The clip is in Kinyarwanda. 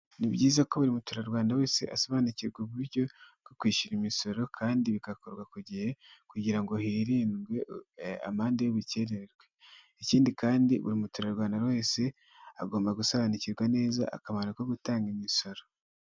Icyumba cyagenewe gukorerwamo inama, giteguyemo intebe ndetse n'ameza akorerwaho inama, cyahuriwemo n'abantu benshi baturuka mu bihugu bitandukanye biganjemo abanyafurika ndetse n'abazungu, aho bari kuganira ku bintu bitandukanye byabahurije muri iyi nama barimo.